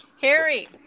Harry